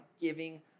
giving